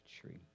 tree